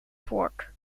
vork